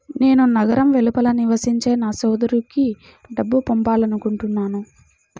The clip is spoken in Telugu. నేను నగరం వెలుపల నివసించే నా సోదరుడికి డబ్బు పంపాలనుకుంటున్నాను